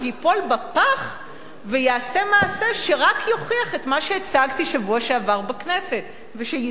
בפח ויעשה מעשה שרק יוכיח את מה שהצגתי בשבוע שעבר בכנסת ושיידון,